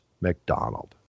McDonald